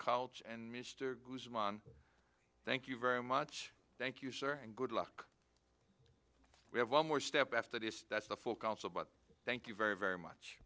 college and mr guzman thank you very much thank you sir and good luck we have one more step after this that's the full council but thank you very very much